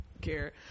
care